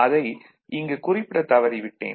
அதை இங்கு குறிப்பிடத் தவறிவிட்டேன்